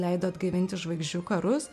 leido atgaivinti žvaigždžių karus